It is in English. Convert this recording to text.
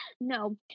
No